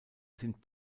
sind